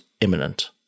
imminent